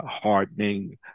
hardening